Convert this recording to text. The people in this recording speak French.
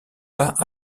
pas